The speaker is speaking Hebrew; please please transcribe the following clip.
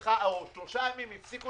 במשך שלושה ימים אנשי